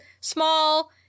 small